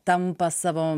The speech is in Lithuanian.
tampa savo